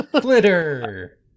Glitter